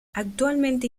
actualmente